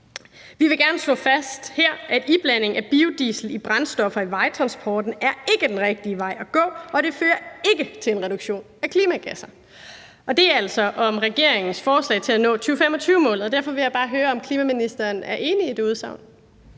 Vi vil gerne slå fast her, at iblanding af biodiesel i brændstoffer i vejtransporten ikke er den rigtige vej at gå, og det fører ikke til en reduktion af klimagasser. Det er altså sagt om regeringens forslag til at nå 2025-målet, og derfor vil jeg bare høre, om klimaministeren er enig i det udsagn.